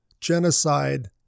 Genocide